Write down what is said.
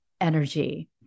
energy